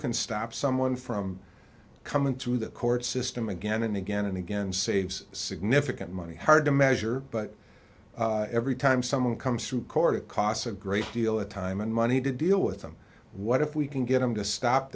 can stop someone from coming through the court system again and again and again saves significant money hard to measure but every time someone comes to court it costs a great deal of time and money to deal with them what if we can get them to stop